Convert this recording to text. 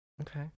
Okay